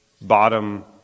bottom